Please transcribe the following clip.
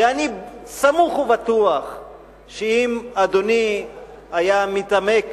ואני סמוך ובטוח שאם אדוני היה מתעמק